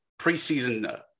preseason